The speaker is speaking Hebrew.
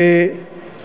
פייסבוק, פייסבוק.